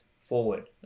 forward